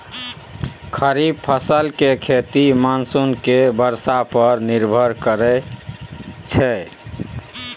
खरीफ फसल के खेती मानसून के बरसा पर निर्भर करइ छइ